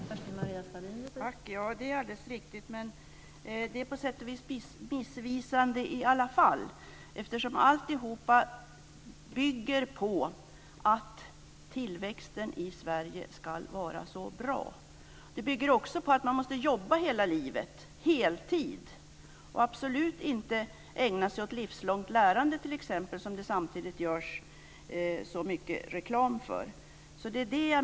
Fru talman! Ja, det är alldeles riktigt. Men det är i alla fall missvisande. Allt bygger på att tillväxten i Sverige ska vara så bra. Det bygger på att man måste jobba heltid hela livet och absolut inte ägna sig åt t.ex. livslångt lärande - som det samtidigt görs så mycket reklam för.